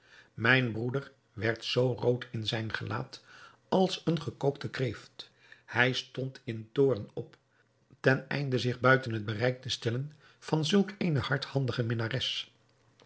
mijn broeder werd zoo rood in zijn gelaat als een gekookte kreeft hij stond in toorn op ten einde zich buiten het bereik te stellen van zulk eene hardhandige minnares